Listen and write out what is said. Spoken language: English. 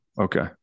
Okay